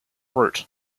route